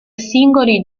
singoli